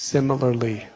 Similarly